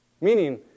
Meaning